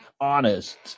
honest